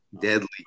deadly